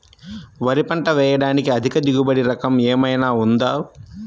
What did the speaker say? వరి పంట వేయటానికి అధిక దిగుబడి రకం ఏమయినా ఉందా?